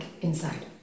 inside